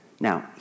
Now